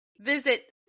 visit